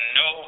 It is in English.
no